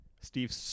Steve